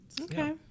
Okay